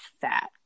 fat